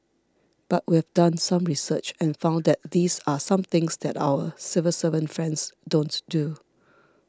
but we've done some research and found that these are some things that our civil servant friends don't do